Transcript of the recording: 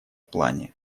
плане